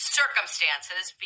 circumstances